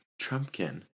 Trumpkin